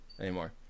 anymore